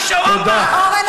אבל הוא רוצה לעבוד.